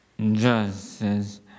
justice